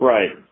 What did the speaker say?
Right